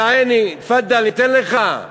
תפאדל, ניתן לך.